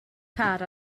car